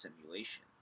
simulation